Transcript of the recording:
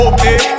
Okay